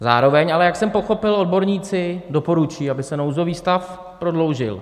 Zároveň ale, jak jsem pochopil, odborníci doporučují, aby se nouzový stav prodloužil.